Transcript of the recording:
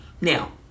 now